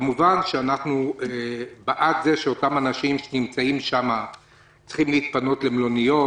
כמובן שאנחנו בעד זה שהאנשים שנמצאים שם צריכים להתפנות למלוניות,